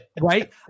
Right